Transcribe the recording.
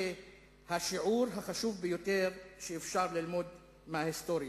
השיעור החשוב ביותר שאפשר ללמוד מההיסטוריה.